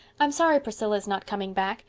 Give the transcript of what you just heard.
i'm sorry priscilla is not coming back,